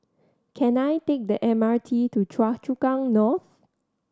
can I take the M R T to Choa Chu Kang North